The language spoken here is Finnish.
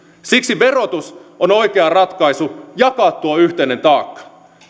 siksi verotus on oikea ratkaisu jakaa tuo yhteinen taakka